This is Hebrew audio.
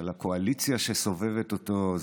של הקואליציה שסובבת אותו,